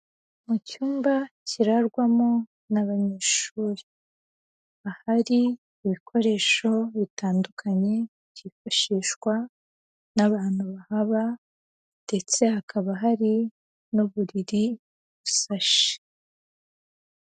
Mu cyumba kirarwamo n'abanyeshuri. Ahari ibikoresho bitandukanye byifashishwa n'abantu bahaba ndetse hakaba hari n'uburiri busashe.